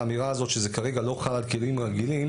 האמירה הזאת שזה כרגע לא חל על כלים רגילים,